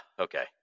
okay